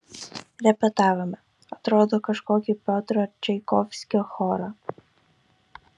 repetavome atrodo kažkokį piotro čaikovskio chorą